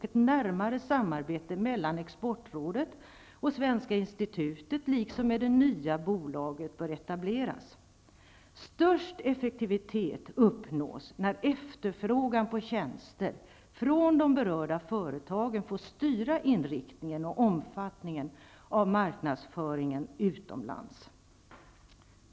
Ett närmare samarbete mellan exportrådet och Svenska Institutet liksom med det nya bolaget bör etableras. Störst effektivitet uppnås när efterfrågan på tjänster från de berörda företagen får styra inriktningen och omfattningen av marknadsföringen utomlands.